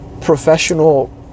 professional